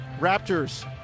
Raptors